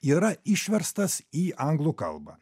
yra išverstas į anglų kalbą